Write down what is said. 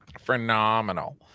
phenomenal